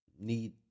need